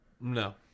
No